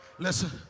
Listen